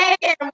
hey